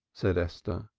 said esther,